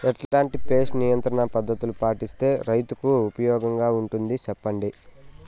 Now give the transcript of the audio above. ఎట్లాంటి పెస్ట్ నియంత్రణ పద్ధతులు పాటిస్తే, రైతుకు ఉపయోగంగా ఉంటుంది సెప్పండి?